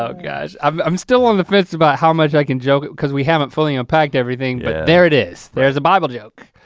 ah guys i'm still on the fence about how much i can joke cause we haven't fully unpacked everything. yeah. but there it is. there's a bible joke.